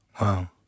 Wow